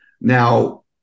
Now